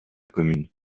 commune